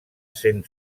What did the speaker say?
sent